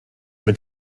mit